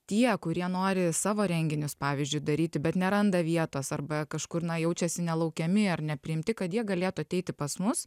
tie kurie nori savo renginius pavyzdžiui daryti bet neranda vietos arba kažkur na jaučiasi nelaukiami ar nepriimti kad jie galėtų ateiti pas mus